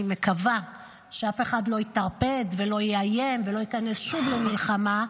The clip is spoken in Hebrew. אני מקווה שאף אחד לא יטרפד ולא יאיים ולא ייכנס שוב למלחמה,